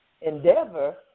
endeavor